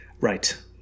Right